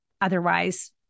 Otherwise